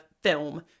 film